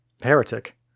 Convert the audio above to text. Heretic